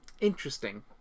interesting